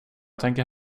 tänker